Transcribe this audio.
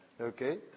Okay